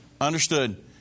Understood